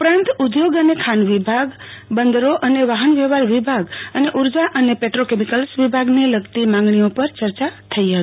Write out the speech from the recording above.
ઉપરાંત ઉદ્યોગો અને ખાન વિભાગ બંદરો અને વાહન વ્યવહાર વિભાગ અને ઉર્જા અને પેટોકેમિકલ વિભાગને લગતી માંગણીઓ પર ચર્ચા થઈ હતી